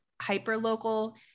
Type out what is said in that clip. hyper-local